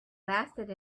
lasted